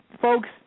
folks